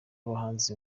bahanzi